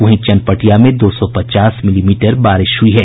वहीं चनपटिया में दो सौ पचास मिलीमीटर बारिश हुई है